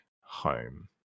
home